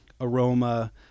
aroma